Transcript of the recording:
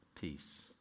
peace